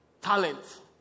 talent